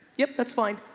yup, that's fine.